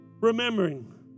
remembering